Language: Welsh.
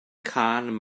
cân